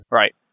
right